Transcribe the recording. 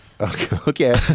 Okay